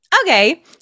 okay